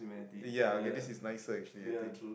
ya okay this is nicer actually I think